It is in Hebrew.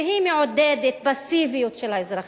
שהיא מעודדת פסיביות של האזרחים,